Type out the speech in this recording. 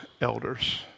elders